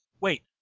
wait